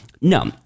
No